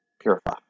Purify